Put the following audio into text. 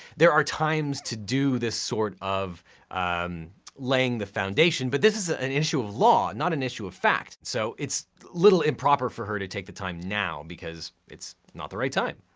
there are times to do this sort of laying the foundation but this is ah an issue of law, not an issue of fact. so it's a little improper for her to take the time now because it's not the right time.